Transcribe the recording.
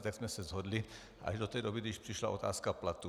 Tak jsme se shodli až do té doby, než přišla otázka platu.